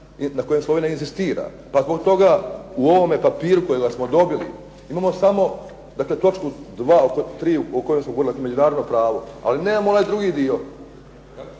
na kojem Slovenija inzistira. Pa zbog toga u ovome papiru koji smo dobili imamo samo dakle točku 2., 3. o kojoj smo govorili međunarodno pravo ali nemamo onaj drugi dio.